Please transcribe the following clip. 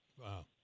Wow